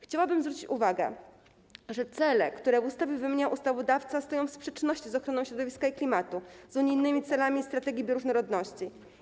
Chciałabym zwrócić uwagę, że cele, które w ustawie wymienia ustawodawca, stoją w sprzeczności z ochroną środowiska i klimatu, z unijnymi celami strategii bioróżnorodności.